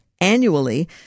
annually